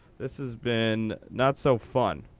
this has been not so fun.